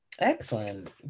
Excellent